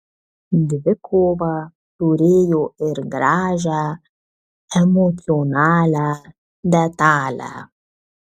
dvikova turėjo ir gražią emocionalią detalę